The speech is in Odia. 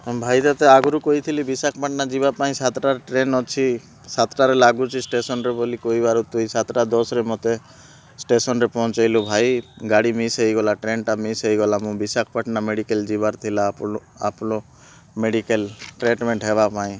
ଆମ ଭାଈ ତତେ ଆଗରୁ କହିଥିଲି ବିଶାଖାପାଟଣା ଯିବା ପାଇଁ ସାତଟାରେ ଟ୍ରେନ୍ ଅଛି ସାତ ଟା ରେ ଲାଗୁଛି ଷ୍ଟେସନ୍ରେ ବୋଲି କହିବାରୁ ତୁଇ ସାତ ଟା ଦଶରେ ମୋତେ ଷ୍ଟେସନରେ ପହଞ୍ଚାଇଲୁ ଭାଈ ଗାଡ଼ି ମିସ୍ ହେଇଗଲା ଟ୍ରେନ୍ଟା ମିସ୍ ହେଇଗଲା ମୁଁ ବିଶାଖାପାଟଣା ମେଡ଼ିକାଲ୍ ଯିବାର ଥିଲା ଆପୋଲୋ ଆପୋଲୋ ମେଡ଼ିକାଲ୍ ଟ୍ରିଟମେଣ୍ଟ୍ ହେବା ପାଇଁ